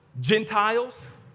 Gentiles